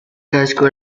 casco